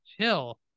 chill